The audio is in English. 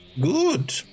Good